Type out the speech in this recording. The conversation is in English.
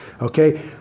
Okay